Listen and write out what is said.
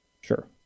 Sure